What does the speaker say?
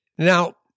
Now